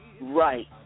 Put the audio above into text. Right